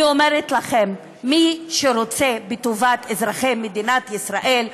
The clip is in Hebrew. אני אומרת לכם, מי שרוצה בטובת אזרחי מדינת ישראל,